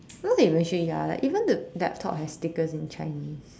now that you mention it ya like even the laptop has stickers in Chinese